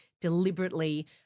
deliberately